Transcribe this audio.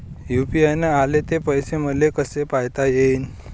UPI न आले ते पैसे मले कसे पायता येईन?